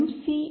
C D